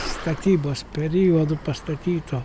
statybos periodu pastatyto